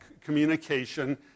communication